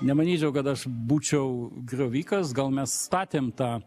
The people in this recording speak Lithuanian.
nemanyčiau kad aš būčiau griovikas gal mes statėm tą